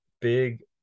big